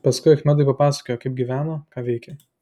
paskui achmedui papasakojo kaip gyveno ką veikė